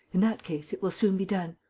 in that case, it will soon be done.